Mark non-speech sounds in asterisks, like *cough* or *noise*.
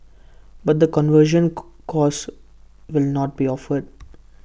but the conversion *unintelligible* course will not be offered